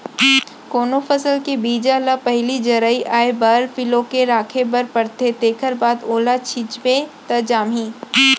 कोनो फसल के बीजा ल पहिली जरई आए बर फिलो के राखे बर परथे तेखर बाद ओला छिंचबे त जामही